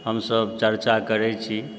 हमसब चर्चा करै छी